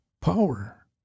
power